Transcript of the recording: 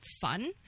fun